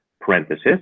parenthesis